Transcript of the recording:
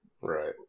Right